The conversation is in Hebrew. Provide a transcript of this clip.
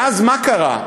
ואז מה קרה?